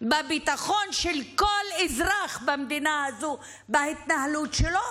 בביטחון של כל אזרח במדינה הזו בהתנהלות שלו,